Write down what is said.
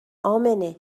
امنه